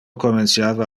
comenciava